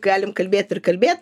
galim kalbėt ir kalbėt